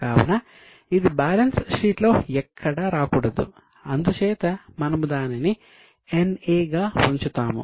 కావున ఇది బ్యాలెన్స్ షీట్లో ఎక్కడా రాకూడదు అందుచేత మనము దానిని NA గా ఉంచుతాము